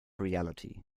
reality